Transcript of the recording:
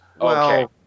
Okay